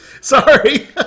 Sorry